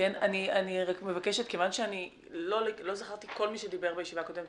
אני לא זוכרת כל מי שדיבר בישיבה הקודמת,